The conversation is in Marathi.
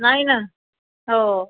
नाही ना हो